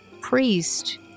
priest